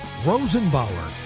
rosenbauer